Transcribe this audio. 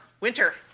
Winter